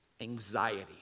Anxiety